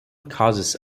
causes